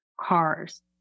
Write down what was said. cars